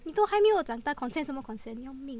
你都还没有长大:ni doui hai mei you zhang da consent 什么 consent 要命